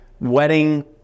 wedding